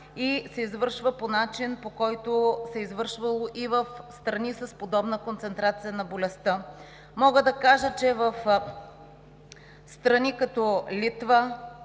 и се извършва по начин, по който се е извършвало и в страни с подобна концентрация на болестта. Мога да кажа, че в страни, като Литва,